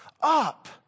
up